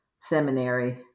seminary